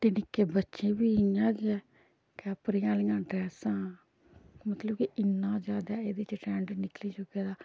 ते निक्के बच्चें बी इ'यां गै कैपरियां आह्लियां ड्रैसां मतलब कि इन्ना ज्यादा एह्दे च ट्रैंड निकली चुके दा